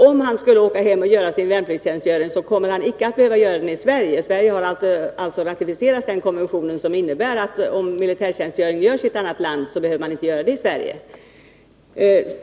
Om han skulle åka hem och göra sin värnplikt, kommer han icke att behöva göra militärtjänst i Sverige. Sverige har ratificerat den konvention som innebär att om militärtjänst görs i ett annat land, behöver man inte göra militärtjänst också i Sverige.